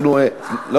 אנחנו, מה?